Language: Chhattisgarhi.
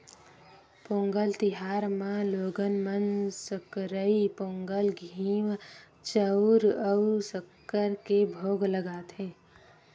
पोंगल तिहार म लोगन मन सकरई पोंगल, घींव, चउर अउ सक्कर के भोग लगाथे